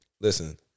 Listen